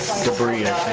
debris.